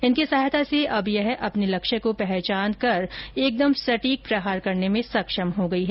इनकी सहायता से अब यह अपने लक्ष्य को पहचान कर एकदम सटीक प्रहार करने में सक्षम हो गई है